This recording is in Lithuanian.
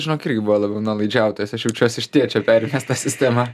žinok irgi buvo labiau nuolaidžiautojas aš jaučiuos iš tėčio perėmęs tą sistema